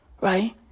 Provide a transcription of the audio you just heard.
right